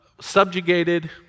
subjugated